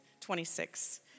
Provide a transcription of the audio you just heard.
26